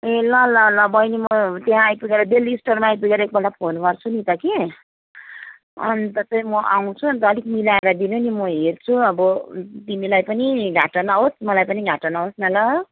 ए ल ल ल बैनी म त्यहाँ आइपुगेर दिल्ली स्टोरमा आइपुगेर एकपल्ट फोन गर्छु नि त कि अन्त चाहिँ म आउँछु अन्त अलिक मिलाएर दिनु नि म हेर्छु अब तिमीलाई पनि घाटा नहोस् मलाई पनि घाटा नहोस् न ल